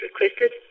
requested